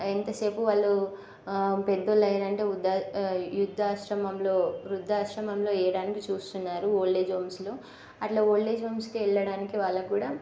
ఎంతసేపు వాళ్ళు పెద్దోళ్ళు అయ్యారంటే ఉద్ద వృద్ధాశ్రమంలో వృద్ధాశ్రమంలో వేయడానికి చూస్తున్నారు ఓల్డ్ ఏజ్ హోమ్స్లో అట్లా ఓల్డేజ్ హోమ్స్కి వెళ్ళడానికి వాళ్ళకి కూడా